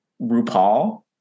RuPaul